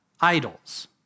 idols